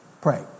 Pray